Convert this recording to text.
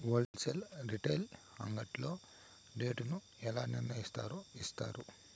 Whole sale retail అంగడ్లలో rate ను ఎలా నిర్ణయిస్తారు యిస్తారు?